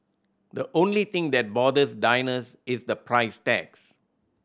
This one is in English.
the only thing that bothers diners is the price tags